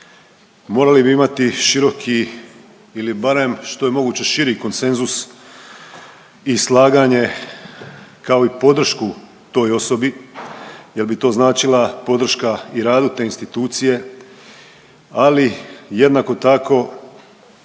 morali bi imati široki ili barem što je mogući širi konsenzus i slaganje kao i podršku toj osobi jer bi to značila podrška i radu te institucije, ali jednako tako